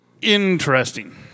interesting